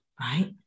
Right